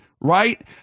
right